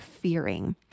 fearing